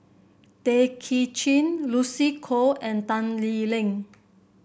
Tay Kay Chin Lucy Koh and Tan Lee Leng